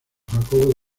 jacobo